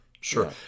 sure